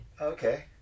Okay